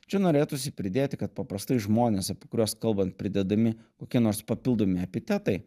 čia norėtųsi pridėti kad paprastai žmonės apie kuriuos kalbant pridedami kokie nors papildomi epitetai